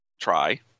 Try